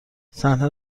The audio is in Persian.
صحنه